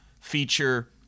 feature